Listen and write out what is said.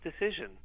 decision